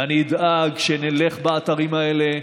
ואני אדאג שנלך באתרים האלה.